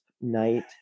night